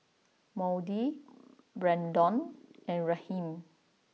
Maude Braydon and Raheem